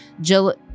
Jill